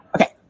Okay